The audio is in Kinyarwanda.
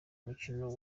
mukino